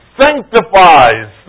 sanctifies